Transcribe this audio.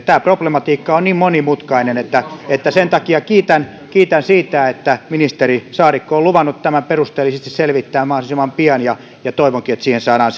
tämä problematiikka on niin monimutkainen että että sen takia kiitän kiitän siitä että ministeri saarikko on luvannut tämän perusteellisesti selvittää mahdollisimman pian ja ja toivonkin että siihen saadaan